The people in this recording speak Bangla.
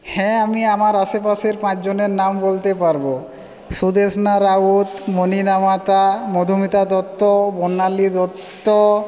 হ্যাঁ আমি আমার আশেপাশের পাঁচজনের নাম বলতে পারবো সুদেষ্ণা রাউত মনিরামাতা মধুমিতা দত্ত দত্ত